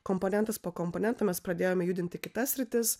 komponentas po komponento mes pradėjome judinti kitas sritis